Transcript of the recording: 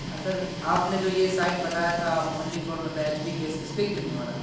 سر آپ نے جو یہ سائٹ بتایا تھا اونلی فار مطلب ایچ پی گیس اس پہ کیوں نہیں ہو رہا